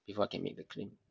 before I can make the claim